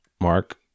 Mark